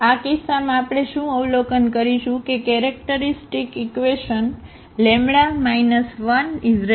તેથી આ કિસ્સામાં આપણે શું અવલોકન કરીશું કે કેરેક્ટરિસ્ટિક ઈક્વેશન λ 130